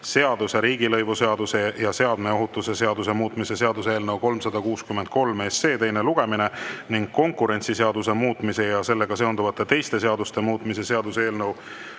seaduse, riigilõivuseaduse ja seadme ohutuse seaduse muutmise seaduse eelnõu 363 teine lugemine ning konkurentsiseaduse muutmise ja sellega seonduvalt teiste seaduste muutmise seaduse eelnõu